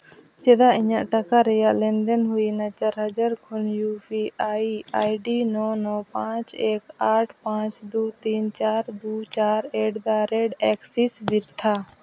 ᱪᱮᱫᱟᱜ ᱤᱧᱟᱹᱜ ᱴᱟᱠᱟ ᱨᱮᱭᱟᱜ ᱞᱮᱱ ᱫᱮᱱ ᱦᱩᱭᱱᱟ ᱪᱟᱨ ᱦᱟᱡᱟᱨ ᱠᱷᱚᱱ ᱤᱭᱩ ᱯᱤ ᱟᱭ ᱟᱭᱰᱤ ᱱᱚ ᱱᱚ ᱯᱟᱸᱪ ᱮᱠ ᱟᱴ ᱯᱟᱸᱪ ᱫᱩ ᱛᱤᱱ ᱪᱟᱨ ᱫᱩ ᱪᱟᱨ ᱮᱴᱫᱟᱼᱨᱮᱹᱴ ᱮᱠᱥᱤᱥ ᱵᱤᱨᱛᱷᱟ